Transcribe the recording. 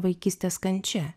vaikystės kančia